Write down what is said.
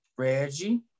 Reggie